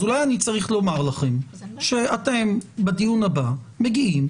אז אולי אני צריך לומר לכם שאתם בדיון הבא מגיעים,